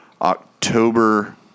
October